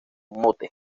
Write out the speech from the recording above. mote